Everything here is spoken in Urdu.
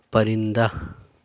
پرندہ